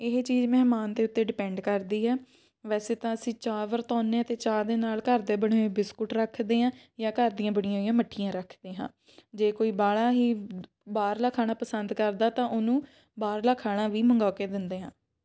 ਇਹ ਚੀਜ਼ ਮਹਿਮਾਨ ਦੇ ਉੱਤੇ ਡਿਪੈਂਡ ਕਰਦੀ ਆ ਵੈਸੇ ਤਾਂ ਅਸੀਂ ਚਾਹ ਵਰਤਾਉਂਦੇ ਹਾਂ ਅਤੇ ਚਾਹ ਦੇ ਨਾਲ ਘਰ ਦੇ ਬਣੇ ਹੋਏ ਬਿਸਕੁਟ ਰੱਖਦੇ ਹਾਂ ਜਾਂ ਘਰ ਦੀਆਂ ਬਣੀਆਂ ਹੋਈਆਂ ਮੱਠੀਆਂ ਰੱਖਦੇ ਹਾਂ ਜੇ ਕੋਈ ਬਾਹਲ਼ਾ ਹੀ ਬਾਹਰਲਾ ਖਾਣਾ ਪਸੰਦ ਕਰਦਾ ਤਾਂ ਉਹਨੂੰ ਬਾਹਰਲਾ ਖਾਣਾ ਵੀ ਮੰਗਵਾ ਕੇ ਦਿੰਦੇ ਹਾਂ